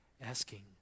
asking